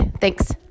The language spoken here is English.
Thanks